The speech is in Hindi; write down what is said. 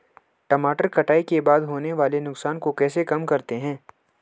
टमाटर कटाई के बाद होने वाले नुकसान को कैसे कम करते हैं?